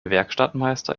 werkstattmeister